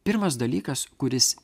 pirmas dalykas kuris